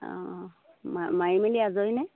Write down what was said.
অঁ মাৰি মেলি আজৰিনে